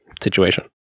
situation